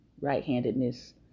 right-handedness